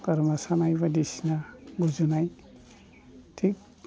गारामा सानाय बायदिसिना गुजुनाय थिख